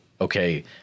okay